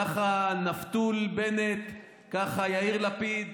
ככה נפתול בנט, ככה יאיר לפיד.